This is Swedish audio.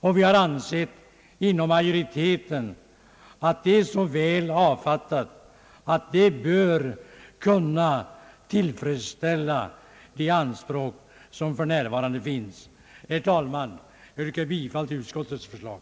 Vi anser inom utskottsmajoriteten att förslaget är så väl avfattat att det bör kunna tillfredsställa de anspråk som för närvarande finns. Herr talman! Jag yrkar bifall till utskottets förslag.